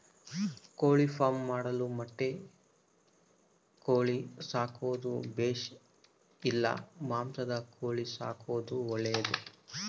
ಕೋಳಿಫಾರ್ಮ್ ಮಾಡಲು ಮೊಟ್ಟೆ ಕೋಳಿ ಸಾಕೋದು ಬೇಷಾ ಇಲ್ಲ ಮಾಂಸದ ಕೋಳಿ ಸಾಕೋದು ಒಳ್ಳೆಯದೇ?